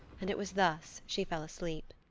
and it was thus she fell asleep.